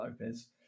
Lopez